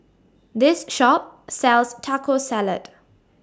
This Shop sells Taco Salad